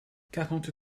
quarante